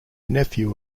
nephew